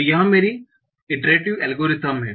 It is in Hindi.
तो यह मेरी इटरेटिव एल्गोरिथ्म है